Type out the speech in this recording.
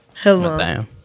Hello